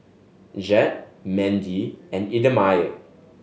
Jett Mendy and Idamae